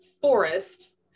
forest